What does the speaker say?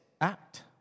act